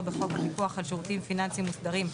בחוק הפיקוח על שירותים פיננסיים מוסדרים,